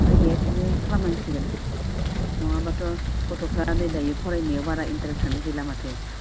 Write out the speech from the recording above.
उफाय गैया बिदिनो खालामनांसिगोन नङाब्लाथ' गथ'फ्रा नै दायो फरायनायाव बारा इन्ट्रेस्टआनो गैला माथो